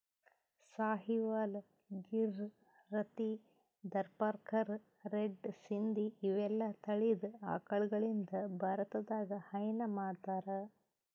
Sahiwal, Gir, Rathi, Tharparkar, red Sindhi ಇವೆಲ್ಲಾ ತಳಿದ್ ಆಕಳಗಳಿಂದ್ ಭಾರತದಾಗ್ ಹೈನಾ ಮಾಡ್ತಾರ್